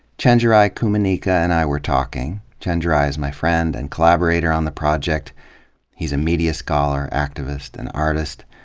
chenjerai kumanyika and i were talking. chenjerai is my friend and collaborator on the project he's a media scholar, activist and artist.